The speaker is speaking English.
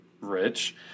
rich